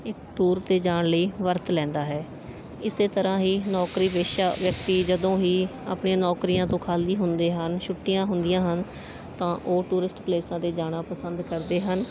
ਇੱਕ ਟੂਰ 'ਤੇ ਜਾਣ ਲਈ ਵਰਤ ਲੈਂਦਾ ਹੈ ਇਸ ਤਰ੍ਹਾਂ ਹੀ ਨੌਕਰੀ ਪੇਸ਼ਾ ਵਿਅਕਤੀ ਜਦੋਂ ਹੀ ਆਪਣੀਆਂ ਨੌਕਰੀਆਂ ਤੋਂ ਖਾਲੀ ਹੁੰਦੇ ਹਨ ਛੁੱਟੀਆਂ ਹੁੰਦੀਆਂ ਹਨ ਤਾਂ ਉਹ ਟੂਰਿਸਟ ਪਲੇਸਾਂ 'ਤੇ ਜਾਣਾ ਪਸੰਦ ਕਰਦੇ ਹਨ